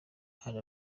hari